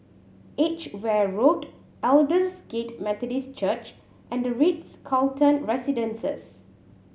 Edgeware Road Aldersgate Methodist Church and The Ritz Carlton Residences